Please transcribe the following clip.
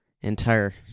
entire